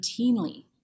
routinely